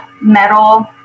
metal